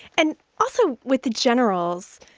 and also with the generals,